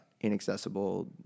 inaccessible